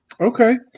okay